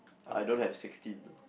I don't have sixteen though